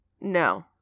No